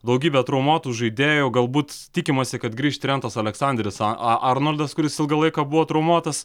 daugybė traumuotų žaidėjų galbūt tikimasi kad grįš trentas aleksanderis a arnoldas kuris ilgą laiką buvo traumuotas